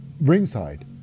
ringside